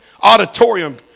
Auditorium